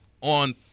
on